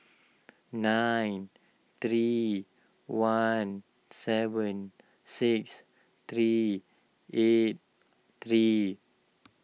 nine three one seven six three eight three